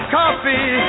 coffee